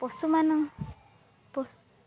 ପଶୁମାନ